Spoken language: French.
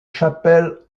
chapelle